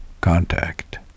contact